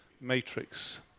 matrix